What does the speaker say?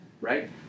right